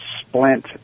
splint